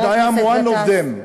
and I am one of them,